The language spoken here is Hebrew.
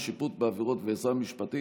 שיפוט בעבירות ועזרה משפטית),